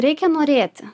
reikia norėti